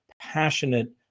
passionate